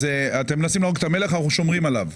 אתם מנסים להרוג את המלך ואנחנו שומרים עליו.